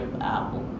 Apple